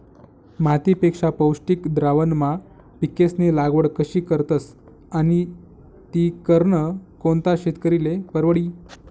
मातीपेक्षा पौष्टिक द्रावणमा पिकेस्नी लागवड कशी करतस आणि ती करनं कोणता शेतकरीले परवडी?